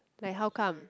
like how come